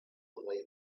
like